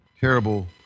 terrible